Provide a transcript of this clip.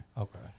Okay